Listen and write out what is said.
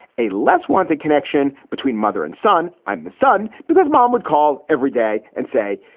a less wanted connection between mother and son. i'm the son because mom would call every day and say,